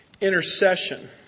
intercession